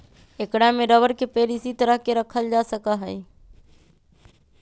ऐकरा में रबर के पेड़ इसी तरह के रखल जा सका हई